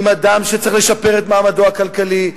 עם אדם שצריך לשפר את מעמדו הכלכלי,